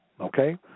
okay